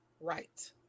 right